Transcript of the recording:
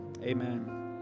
amen